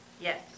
Yes